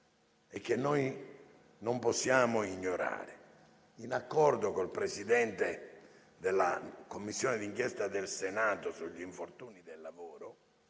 e che noi non possiamo ignorare. In accordo con il Presidente della Commissione d'inchiesta del Senato sugli infortuni sul lavoro